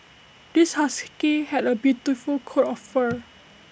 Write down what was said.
this husky had A beautiful coat of fur